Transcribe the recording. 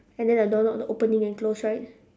and then the doorknob got opening and close right